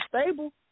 stable